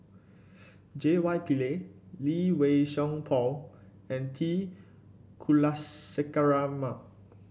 J Y Pillay Lee Wei Song Paul and T Kulasekaram